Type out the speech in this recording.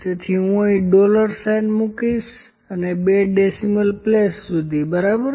તેથી હું અહીં ડોલર સાઇન મૂકીશ અને બે ડેસિમલ પ્લેસ સુધી બરાબર